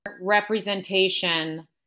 representation